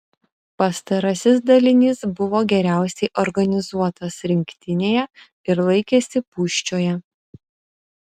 pastarasis dalinys buvo geriausiai organizuotas rinktinėje ir laikėsi pūščioje